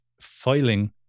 filing